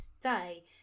today